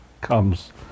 comes